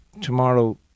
tomorrow